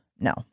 no